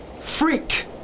Freak